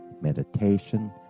meditation